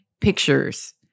pictures